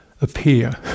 appear